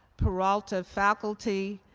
peralta faculty,